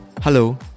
hello